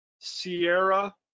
Sierra